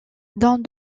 dans